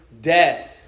Death